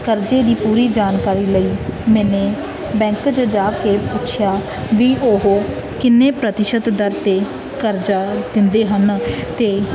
ਕਰਜ਼ੇ ਦੀ ਪੂਰੀ ਜਾਣਕਾਰੀ ਲਈ ਮੈਨੇ ਬੈਂਕ 'ਚ ਜਾ ਕੇ ਪੁੱਛਿਆ ਵੀ ਉਹ ਕਿੰਨੇ ਪ੍ਰਤੀਸ਼ਤ ਦਰ 'ਤੇ ਕਰਜ਼ਾ ਦਿੰਦੇ ਹਨ ਅਤੇ